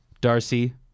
Darcy